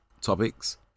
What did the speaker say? topics